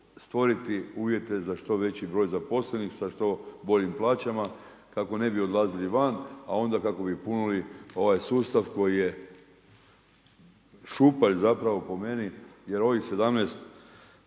stvoriti uvjet za što veći broj zaposlenih sa što boljim plaćama, kako ne bi odlazili van a onda kako bi punili ovaj sustav koji je šupalj zapravo po meni jer ovih